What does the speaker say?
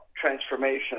transformation